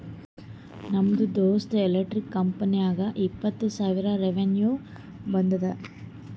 ನಮ್ ದೋಸ್ತ್ದು ಎಲೆಕ್ಟ್ರಿಕ್ ಕಂಪನಿಗ ಇಪ್ಪತ್ತ್ ಸಾವಿರ ರೆವೆನ್ಯೂ ಬಂದುದ